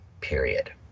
period